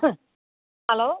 hello